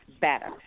better